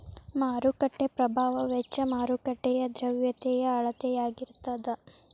ಮಾರುಕಟ್ಟೆ ಪ್ರಭಾವ ವೆಚ್ಚ ಮಾರುಕಟ್ಟೆಯ ದ್ರವ್ಯತೆಯ ಅಳತೆಯಾಗಿರತದ